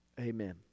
amen